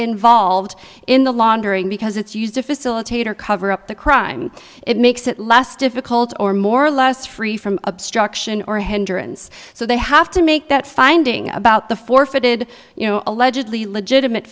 involved in the laundering because it's used to facilitate or cover up the crime it makes it less difficult or more or less free from obstruction or hendren so they have to make that finding about the forfeited you know allegedly legitimate